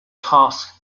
task